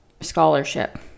scholarship